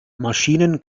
maschinen